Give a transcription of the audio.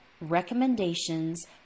recommendations